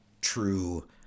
true